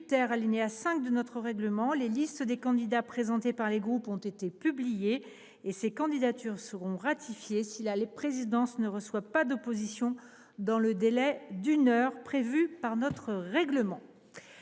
alinéa 5, de notre règlement, les listes des candidats présentés par les groupes ont été publiées. Ces candidatures seront ratifiées si la présidence ne reçoit pas d’opposition dans le délai d’une heure prévu par notre règlement.